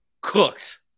cooked